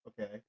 okay